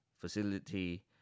facility